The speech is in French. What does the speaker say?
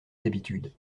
habitudes